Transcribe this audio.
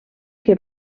que